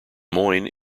moines